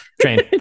train